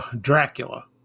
dracula